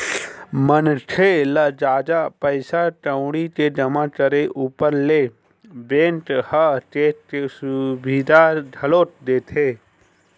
मनखे ल जादा पइसा कउड़ी के जमा करे ऊपर ले बेंक ह चेक के सुबिधा घलोक देथे